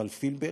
מר פילבר,